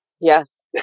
Yes